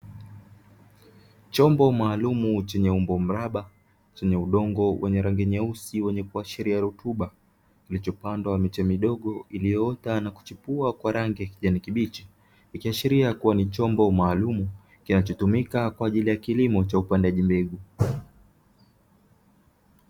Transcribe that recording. Chombo maalumu chenye umbo mraba chenye udongo wenye rangi nyeusi wenye kuashiria rutuba, vimepandwa miche midogo iliyoota na kuchipua kwa rangi ya kijani kibichi ikiashiria kuwa ni chombo maalumu kinachotumika kwa ajili ya kilimo cha upandaji mbegu.